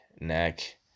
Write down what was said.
neck